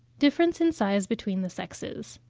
difference in size between the sexes.